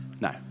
No